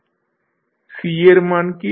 C এর মান কী